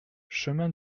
chemin